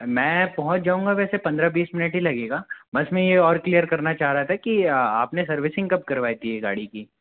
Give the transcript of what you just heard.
मैं पहुंच जऊँगा वैसे पंद्रह बीस मिनट ही लगेगा बस में ये और क्लियर करना चाह रहा था कि ये आप सर्विसिंग कब करवाई थइ ये गाड़ी की